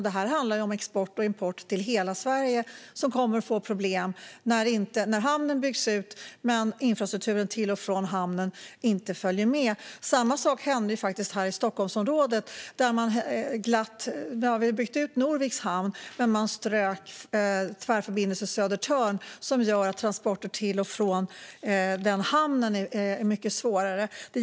Detta handlar om att det kommer att bli problem för export från och import till hela Sverige när hamnen byggs ut men infrastrukturen till och från hamnen inte följer med. Samma sak hände faktiskt här i Stockholmsområdet: Man har byggt ut Norviks hamn men strök Tvärförbindelse Södertörn, vilket gör att transporter till och från den hamnen blir mycket svårare.